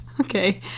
Okay